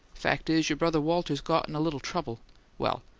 fact is, your brother walter's got in a little trouble well,